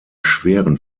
schweren